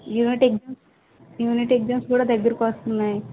unit exams unit exams కూడా దగ్గరకు వస్తున్నాయి